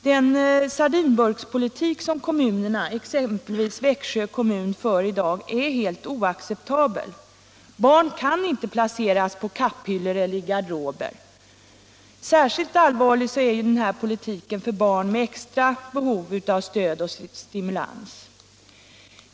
Den sardinburkspolitik som kommunerna, exempelvis Växjö kommun, för i dag är helt oacceptabel. Barn kan inte placeras på kapphyllor eller i garderober. Särskilt allvarlig är denna politik för barn med extra behov av stöd och stimulans.